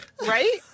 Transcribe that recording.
right